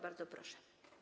Bardzo proszę.